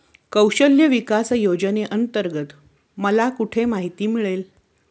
कौशल्य विकास योजनेअंतर्गत मला कुठे माहिती मिळेल?